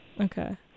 Okay